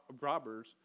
robbers